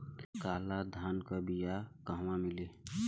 काला धान क बिया कहवा मिली?